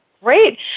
great